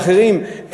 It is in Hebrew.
ואחרים,